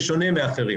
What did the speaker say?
בשונה מאחרים.